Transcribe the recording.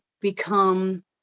become